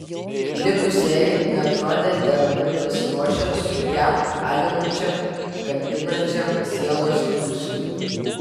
likusieji neatrodė deramai pasiruošę sunkiam alinančiam kankinančiam sielos triūsui